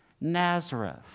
Nazareth